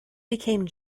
became